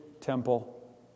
temple